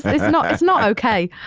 and it's not. it's not okay.